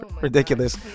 ridiculous